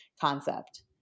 concept